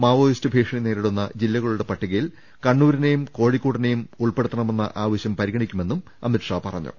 Maoist ഭീഷണി നേരി ടുന്ന ജില്ലകളുടെ പട്ടികയിൽ കണ്ണൂരിനെയും കോഴിക്കോടി നെയും ഉൾപ്പെടുത്തണമെന്ന ആവശ്യം പരിഗ്രണിക്കുമെന്നും അമിത്ഷാ പറഞ്ഞു